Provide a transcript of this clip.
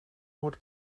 hoort